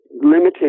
limiting